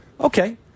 Okay